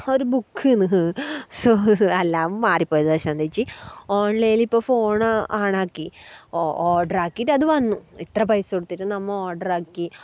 ഒരു ബുക്ക് എന്ന് സോ അല്ല മാറിപ്പോയതാണ് ശാന്ത ചേച്ചി ഓൺലൈനിൽ ഇപ്പം ഫോൺ ഓൺ അക്കി ഓ ഓർഡർ ആക്കിയിട്ടത് വന്നു ഇത്ര പൈസ കൊടുത്തിട്ട് നമ്മൾ ഓർഡർ ആക്കി